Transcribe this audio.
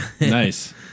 Nice